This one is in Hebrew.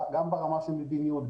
גם ברמה של מדיניות,